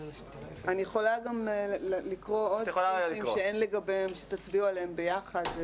אני יכולה גם לקרוא עוד סעיפים שתצביעו עליהם יחד: